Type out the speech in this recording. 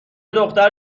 دختر